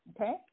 Okay